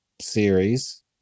series